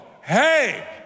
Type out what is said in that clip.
hey